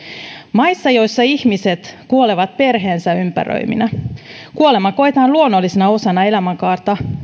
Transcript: maissa joissa ihmiset kuolevat perheensä ympäröiminä kuolema koetaan luonnollisena osana elämänkaarta